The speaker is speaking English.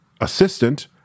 assistant